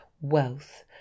Wealth